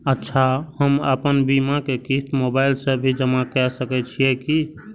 अच्छा हम आपन बीमा के क़िस्त मोबाइल से भी जमा के सकै छीयै की?